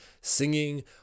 Singing